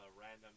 random